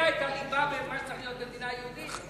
יודע את התשובה מה צריך להיות במדינה יהודית?